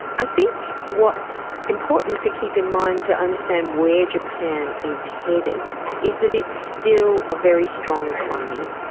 i think what's important to keep in mind to understand where japan is headed is that it's still a very strong economy,